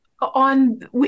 on